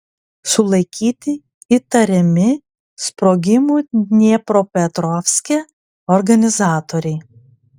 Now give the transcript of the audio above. sulaikyti įtariami sprogimų dniepropetrovske organizatoriai